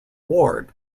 ward